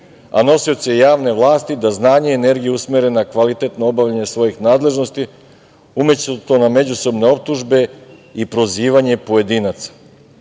a nosioce javne vlasti da znanje i energiju usmere na kvalitetno obavljanje svojih nadležnosti umesto na međusobne optužbe i prozivanje pojedinaca.